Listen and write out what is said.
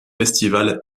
festival